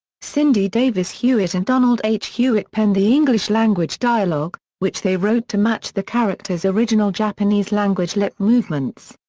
cindy davis hewitt and donald h. hewitt penned the english-language dialogue, which they wrote to match the characters' original japanese-language lip movements.